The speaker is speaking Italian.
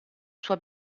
sua